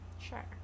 Sure